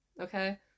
okay